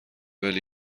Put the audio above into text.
ولی